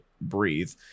breathe